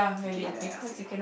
okay then I ask you